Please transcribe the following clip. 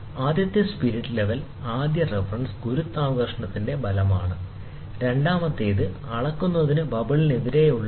ആദ്യത്തെ spirit level ആദ്യ reference ഗുരുത്വാകർഷണത്തിന്റെ ഫലമാണ് രണ്ടാമത്തേത് അളക്കുന്നത് ബബിളിനെതിരെയുള്ള സ്കെയിൽ ആണ്